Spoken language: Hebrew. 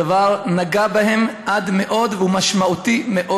הדבר נגע בהם עד מאוד והוא משמעותי מאוד.